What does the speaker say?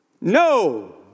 No